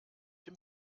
dem